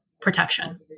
protection